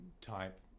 type